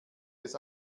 des